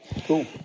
Cool